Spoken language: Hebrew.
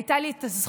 הייתה לי הזכות